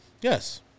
Yes